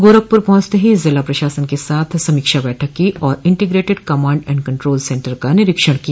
गोरखपुर पहुंचते ही जिला प्रशासन के साथ समीक्षा बैठक की और integrated command and control centre का निरीक्षण किया